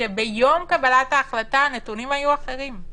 כשביום קבלת ההחלטה הנתונים היו אחרים.